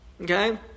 Okay